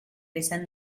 vicent